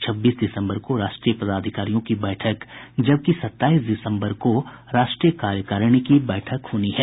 छब्बीस दिसम्बर को राष्ट्रीय पदाधिकारियों की बैठक जबकि सत्ताईस दिसम्बर को राष्ट्रीय कार्यकारिणी की बैठक होनी है